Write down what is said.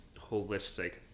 holistic